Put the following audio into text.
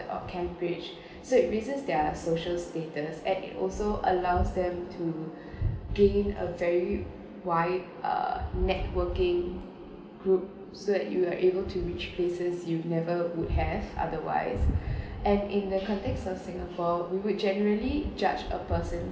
or cambridge so it raises their social status and it also allows them to gain a very wide uh networking group so you are able to reach places you never would have otherwise and in the context of singapore we would generally judge a person